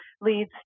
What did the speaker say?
leads